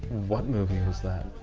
what movie was that?